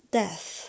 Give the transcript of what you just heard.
...death